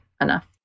enough